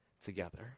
together